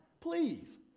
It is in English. Please